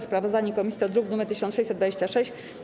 Sprawozdanie komisji do druk nr 1626.